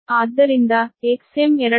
ಆದ್ದರಿಂದ Xm2new0